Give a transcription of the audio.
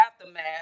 aftermath